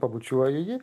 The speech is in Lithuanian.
pabučiuoju jį